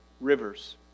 rivers